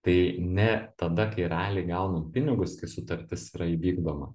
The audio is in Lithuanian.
tai ne tada kai raliai gaunam pinigus kai sutartis yra įvykdoma